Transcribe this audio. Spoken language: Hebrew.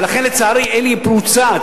ולכן, לצערי, אלי, היא פרוצה.